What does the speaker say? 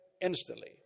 instantly